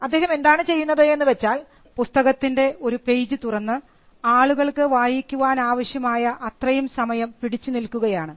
അദ്ദേഹം എന്താണ് ചെയ്യുന്നത് എന്ന് വെച്ചാൽ പുസ്തകത്തിൻറെ ഒരു പേജ് തുറന്നു ആളുകൾക്ക് വായിക്കാൻ ആവശ്യമായ അത്രയും സമയം പിടിച്ചു നിൽക്കുകയാണ്